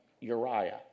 Uriah